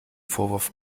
vorwurf